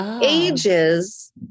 ages